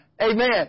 Amen